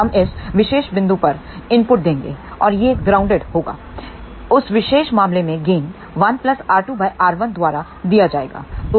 हम इस विशेष बिंदु पर इनपुट देंगे और यह ग्राउंडेड होगा उस विशेष मामले में गेन 1 R2 R1 द्वारा दिया जाएगा